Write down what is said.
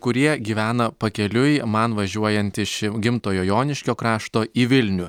kurie gyvena pakeliui man važiuojant iš gimtojo joniškio krašto į vilnių